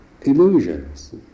illusions